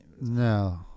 No